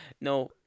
No